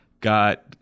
got